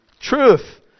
truth